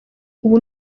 ubu